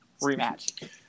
Rematch